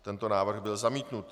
Tento návrh byl zamítnut.